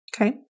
okay